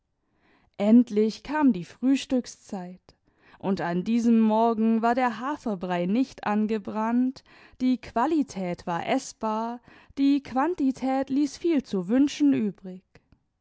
endlich kam die frühstückszeit und an diesem morgen war der haferbrei nicht angebrannt die qualität war eßbar die quantität ließ viel zu wünschen übrig